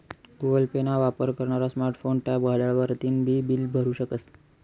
Google Pay ना वापर करनारा स्मार्ट फोन, टॅब, घड्याळ वरतीन बी बील भरु शकस